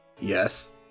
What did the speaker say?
Yes